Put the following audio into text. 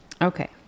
Okay